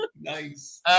Nice